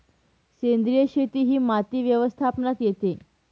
सेंद्रिय शेती ही माती व्यवस्थापनात येते